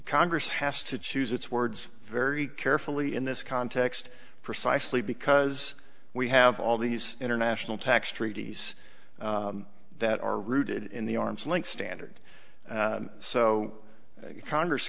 congress has to choose its words very carefully in this context precisely because we have all these international tax treaties that are rooted in the arm's length standard so congress